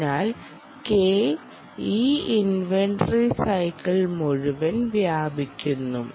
അതിനാൽ K ഈ inventory cycle മുഴുവൻ വ്യാപിക്കുന്നു